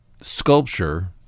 sculpture